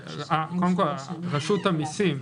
ברשות המיסים,